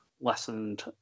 lessened